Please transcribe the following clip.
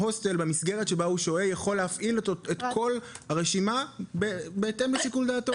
צוות במסגרת בה הוא שוהה יכול להפעיל את כל הרשימה בהתאם לשיקול דעתו?